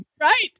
Right